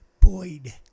Boyd